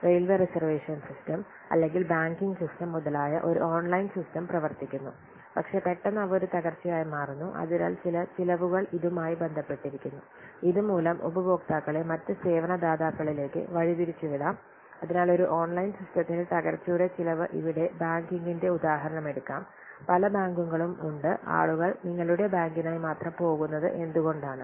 railway reservation system അല്ലെങ്കിൽ banking system മുതലായ ഒരു ഓൺലൈൻ സിസ്റ്റം പ്രവർത്തിക്കുന്നു പക്ഷേ പെട്ടെന്ന് അവ ഒരു തകർച്ചയായി മാറുന്നു അതിനാൽ ചില ചിലവുകൾ ഇതുമായി ബന്ധപ്പെട്ടിരിക്കുന്നു ഇതുമൂലം ഉപഭോക്താക്കളെ മറ്റ് സേവന ദാതാക്കളിലേക്ക് വഴിതിരിച്ചുവിടാം അതിനാൽ ഒരു ഓൺലൈൻ സിസ്റ്റത്തിന്റെ തകർച്ചയുടെ ചിലവ് ഇവിടെ ബാന്കിങ്ങിന്റെ ഉദാഹരണം എടുക്കാം പല ബാങ്കുകളും ഉണ്ട്ആളുകൾ നിങ്ങളുടെ ബാങ്കിനായി മാത്രം പോകുന്നത് എന്തുകൊണ്ടാണ്